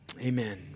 amen